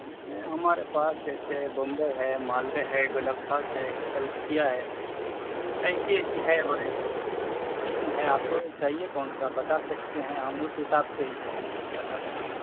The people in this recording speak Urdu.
ہمارے پاس جیسے بومبے ہے مالدہ ہے گلاب خاص ہے کلکتیا ہے ایسی ایسی ہے اور ایک قسم ہے آپ کو چاہیے کون سا بتا سکتے ہیں ہم اس حساب سے بتا دیں گے آپ کو